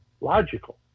logical